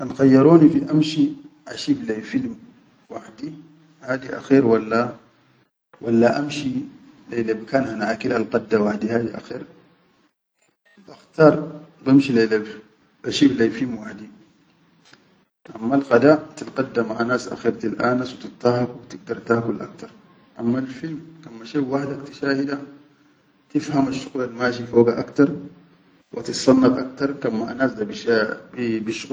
Kan khayyaroni fi amshi ashif lai filim wahdi hadi akher walla, walla amshi lai le bikan hana alqadda wedi hadi akher, bakhtar, bamshi lai le, bashif lai fim wahdi, ammal qada tilqadda maʼa nass akher tilʼaanasu tittahaku tigdar takul aktar, amma film kan mashet wahdak tishahid, tifhamasshuqul al mashi foga aktar, wa tissannad aktar, kan mala nas da bisha bi.